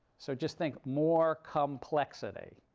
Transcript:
so just think more complexity,